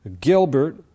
Gilbert